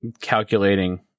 calculating